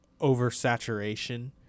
oversaturation